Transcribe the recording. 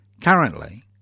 Currently